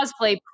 Cosplay